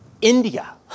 India